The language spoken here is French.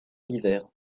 divers